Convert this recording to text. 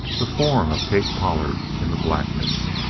the form of kate pollard in the blackness.